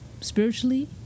spiritually